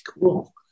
Cool